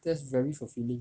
that's very fulfilling